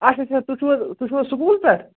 اچھا اچھا تُہۍ چھُو حظ تُہۍ چھُو حظ سکوٗل پیٚٹھ